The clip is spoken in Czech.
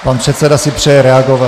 Pan předseda si přeje reagovat.